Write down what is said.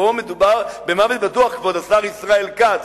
פה מדובר במוות בטוח, כבוד השר ישראל כץ.